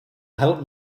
help